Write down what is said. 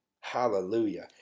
Hallelujah